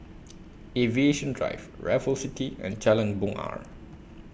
Aviation Drive Raffles City and Jalan Bungar